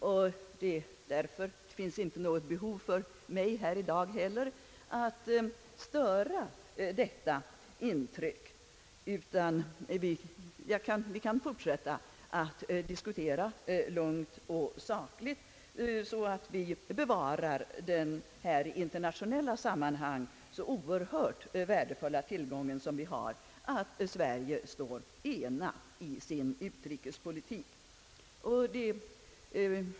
Det finns därför inte heller något behov för mig i dag att störa detta intryck, utan vi kan fortsätta att lugnt och sakligt diskutera, så att vi bevarar den i internationella sammanhang så oerhört värdefulla tillgång som vi har i att Sverige står enat i sin utrikespolitik.